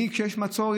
כשיש מצור,